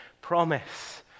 promise